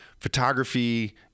photography